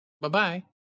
Bye-bye